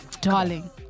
Darling